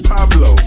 Pablo